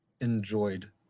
enjoyed